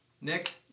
Nick